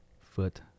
foot